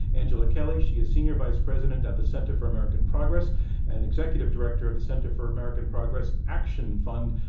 angela kelley. she is senior vice president at the center for american progress and executive director of the center for american progress action fund.